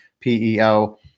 PEO